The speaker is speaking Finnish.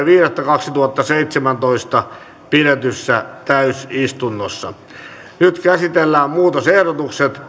viidettä kaksituhattaseitsemäntoista pidetyssä täysistunnossa nyt käsitellään muutosehdotukset